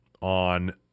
on